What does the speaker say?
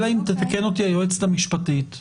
אלא אם תתקן אותי היועצת המשפטית,